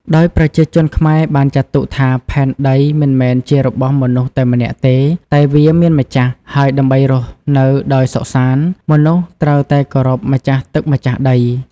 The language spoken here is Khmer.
ដោយប្រជាជនខ្មែរបានចាត់ទុកថា ផែនដីមិនមែនជារបស់មនុស្សតែម្នាក់ទេ តែវាមានម្ចាស់ ហើយដើម្បីរស់នៅដោយសុខសាន្ត មនុស្សត្រូវតែគោរពម្ចាស់ទឹកម្ចាស់ដី។